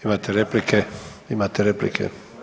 Imate replike, imate replike.